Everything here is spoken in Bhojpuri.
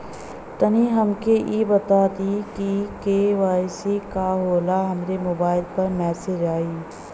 तनि हमके इ बता दीं की के.वाइ.सी का होला हमरे मोबाइल पर मैसेज आई?